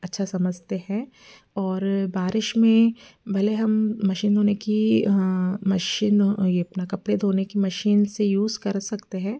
अच्छा समझते हैं और बारिश में भले हम मशीन होने की मशीन ये अपना कपड़े धोने की मशीन से यूज़ कर सकते हैं